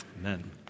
Amen